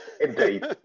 Indeed